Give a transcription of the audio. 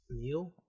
meal